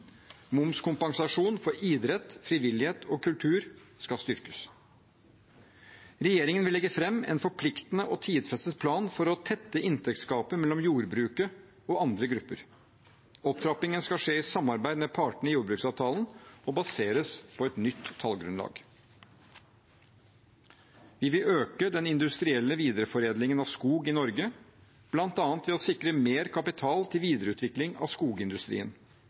Momskompensasjon for idrett, frivillighet og kultur skal styrkes. Regjeringen vil legge fram en forpliktende og tidfestet plan for å tette inntektsgapet mellom jordbruket og andre grupper. Opptrappingen skal skje i samarbeid med partene i jordbruksavtalen og baseres på et nytt tallgrunnlag. Vi vil øke den industrielle videreforedlingen av skog i Norge, bl.a. ved å sikre mer kapital til videreutvikling av skogindustrien.